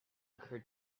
occurred